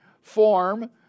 form